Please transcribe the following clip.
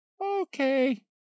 Okay